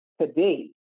today